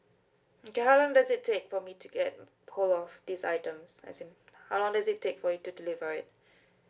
okay how long does it take for me to get hold of these items as in how long does it take for you to deliver it